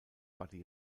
buddy